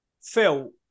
Phil